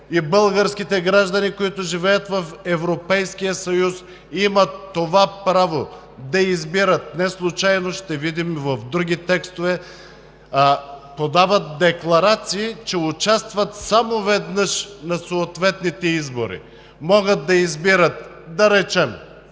и българските граждани, които живеят в Европейския съюз, имат това право да избират. Неслучайно ще видим и в други текстове – подават декларации, че участват само веднъж на съответните избори, могат да избират, да речем,